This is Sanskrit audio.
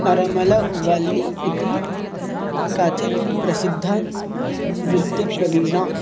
अरमल वल्ली इति काचित् प्रसिद्धा नृत्यप्रवीणा